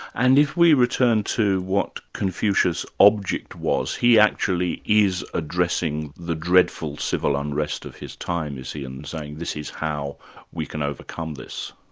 and if we return to what confucius' object was, he actually is addressing the dreadful civil and of his time, you see, and saying, this is how we can overcome this.